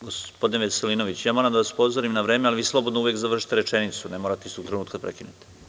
Gospodine Veselinoviću, ja moram da vas upozorim na vreme, ali vi slobodno uvek završite rečenicu, ne morate istog trenutka prekinuti.